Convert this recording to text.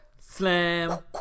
Slam